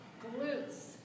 glutes